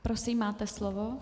Prosím, máte slovo.